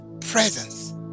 presence